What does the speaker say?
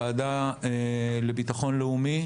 בוועדה לביטחון לאומי